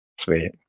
Sweet